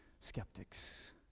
skeptics